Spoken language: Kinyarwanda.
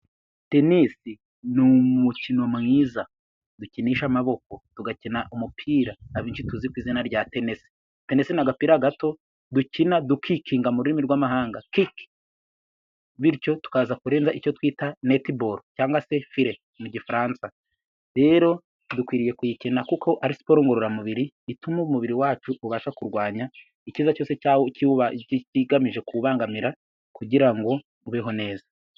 Tenisi ni umukino mwiza dukinisha amaboko tugakina umupira abenshi tuzi ku izina rya tenesi. Tenesi ni agapira gato dukina dukikinga mu rurimi rw'amahanga kiki, bityo tukaza kurenza icyo twita netiboro, cyangwa se fure mu gifaransa. rero dukwiriye kuyikina kuko ari siporo ngororamubiri ituma umubiri wacu ubasha kurwanya ikiza cyose kigamije kuwubangamira kugira ngo ubeho neza.